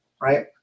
right